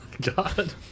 God